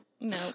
No